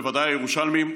בוודאי הירושלמים,